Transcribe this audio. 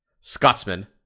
Scotsman